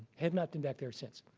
have not been back there since.